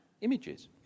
images